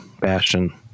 Bastion